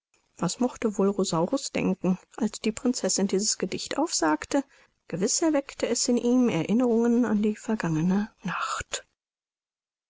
was mochte wohl rosaurus denken als die prinzessin dieses gedicht aufsagte gewiß erweckte es in ihm erinnerungen an die vergangene nacht